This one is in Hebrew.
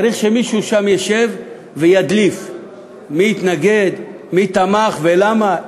צריך שמישהו שם ישב וידליף מי התנגד, מי תמך ולמה.